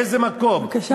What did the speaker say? לאיזה מקום,